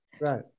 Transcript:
Right